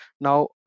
now